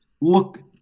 look